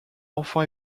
enfin